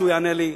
שהוא יענה לי,